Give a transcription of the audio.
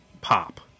pop